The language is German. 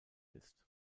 ist